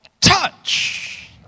touch